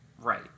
Right